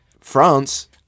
France